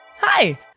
Hi